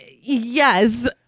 yes